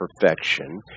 perfection